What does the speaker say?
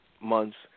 months